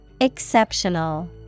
Exceptional